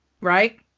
right